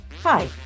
Hi